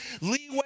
leeway